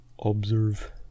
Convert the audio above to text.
observe